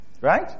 Right